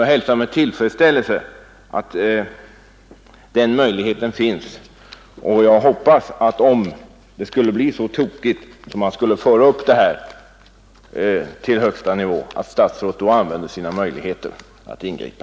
Jag hälsar med tillfredsställelse att den möjligheten finns. Om det skulle gå så tokigt att detta ärende fördes upp till högsta nivå, hoppas jag att statsrådet använder sina möjligheter att ingripa.